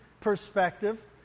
perspective